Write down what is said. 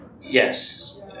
Yes